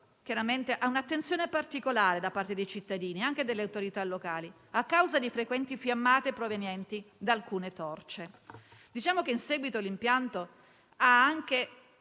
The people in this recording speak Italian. soggetto a un'attenzione particolare da parte dei cittadini e anche delle autorità locali, a causa di frequenti fiammate provenienti da alcune torce. Diciamo che l'impianto ha anche